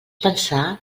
pensar